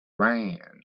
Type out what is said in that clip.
ran